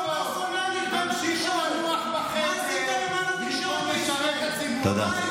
לא מעניין, רציתם לנוח בחדר בלי, תודה.